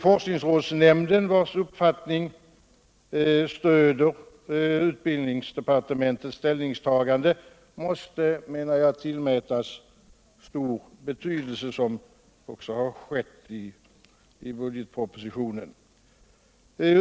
Forskningsrådsnämnden, vars uppfattning stöder utbildningsdepartementets stäliningstagande, måste — menar jag — tillmätas stor betydelse, vilket också har skett i budgetpropositionen.